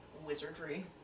wizardry